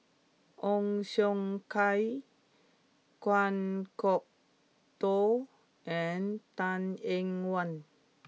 Ong Siong Kai Kan Kwok Toh and Tan Eng Yoon